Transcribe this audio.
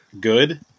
Good